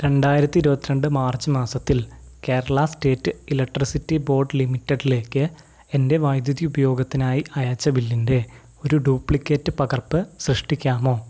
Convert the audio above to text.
രണ്ടായിരത്തി ഇരുപത്തി രണ്ട് മാർച്ച് മാസത്തിൽ കേരള സ്റ്റേറ്റ് ഇലക്ട്രിസിറ്റി ബോർഡ് ലിമിറ്റഡിലേക്ക് എൻ്റെ വൈദ്യുതി ഉപയോഗത്തിനായി അയച്ച ബില്ലിൻ്റെ ഒരു ഡ്യൂപ്ലിക്കേറ്റ് പകർപ്പ് സൃഷ്ടിക്കാമോ